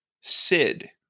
Sid